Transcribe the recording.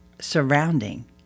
surrounding